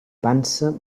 pansa